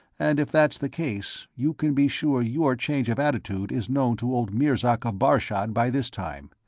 and if that's the case, you can be sure your change of attitude is known to old mirzark of bashad by this time.